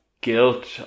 guilt